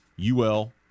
UL